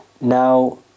now